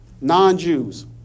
non-Jews